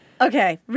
Okay